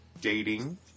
dating